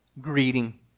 greeting